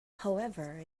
however